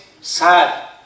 sad